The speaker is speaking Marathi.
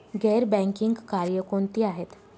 गैर बँकिंग कार्य कोणती आहेत?